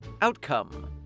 Outcome